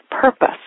Purpose